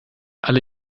alle